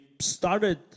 started